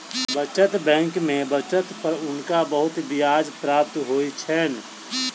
बचत बैंक में बचत पर हुनका बहुत ब्याज प्राप्त होइ छैन